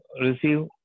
receive